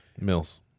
Mills